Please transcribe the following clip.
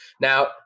Now